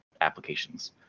applications